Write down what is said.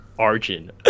Arjun